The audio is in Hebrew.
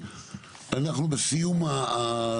אז סותמים לי את הפה?